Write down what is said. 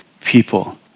people